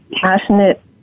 passionate